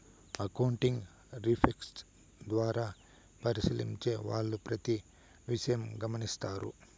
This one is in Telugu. అకౌంటింగ్ రీసెర్చ్ ద్వారా పరిశీలించే వాళ్ళు ప్రతి విషయం గమనిత్తారు